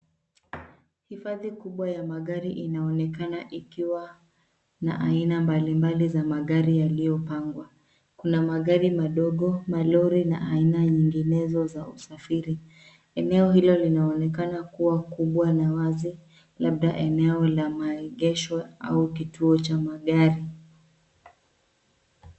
Hifadhi kubwa ya magari inaonekana ikiwa na aina mbalimbali za magari yaliyopangwa. Kuna magari madogo, malori na aina nyinginezo za usafiri. Eneo hilo linaonekana kuwa kubwa na wazi. Labda eneo la maegesho au kituo cha magari.